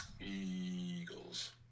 Eagles